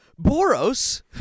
Boros